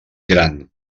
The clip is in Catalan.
gran